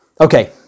Okay